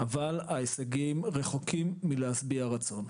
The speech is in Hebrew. אבל ההישגים רחוקים מלהשביע רצון.